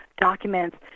documents